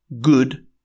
good